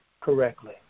correctly